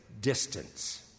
distance